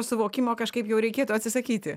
suvokimo kažkaip jau reikėtų atsisakyti